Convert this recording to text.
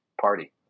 party